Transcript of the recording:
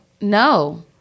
No